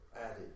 added